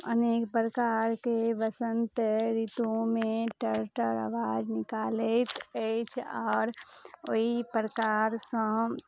अनेक प्रकारके बसन्त ऋतुमे टरटर आवाज निकालैत अछि आओर ओहि प्रकार सँ